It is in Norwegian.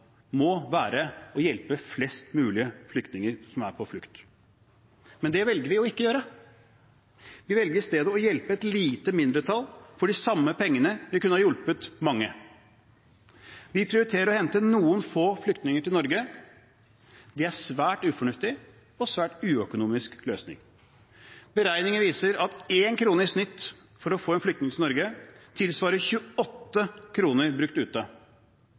må være å hjelpe flest mulig mennesker som er på flukt. Men det velger vi ikke å gjøre. Vi velger isteden å hjelpe et lite mindretall for de samme pengene vi kunne ha hjulpet mange. Vi prioriterer å hente noen få flyktninger til Norge. Det er en svært ufornuftig og svært uøkonomisk løsning. Beregninger viser at én krone i snitt for å få en flyktning til Norge tilsvarer 28 kr brukt ute.